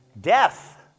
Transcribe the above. death